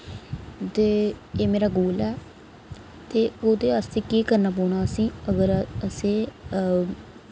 ते एह् मेरा गोल ऐ ते ओह्दे आस्तै करना पौना असें अगर असें